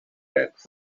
backs